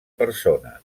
persona